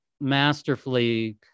masterfully